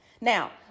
Now